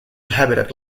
habitat